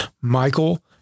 Michael